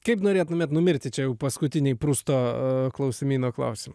kaip norėtumėt numirti čia jau paskutiniai prusto klausimyno klausimai